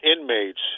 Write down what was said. inmates